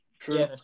True